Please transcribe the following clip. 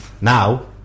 now